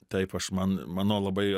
taip aš man mano labai